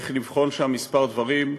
צריך לבחון שם מספר דברים,